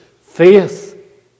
faith